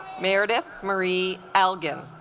meredith murray algum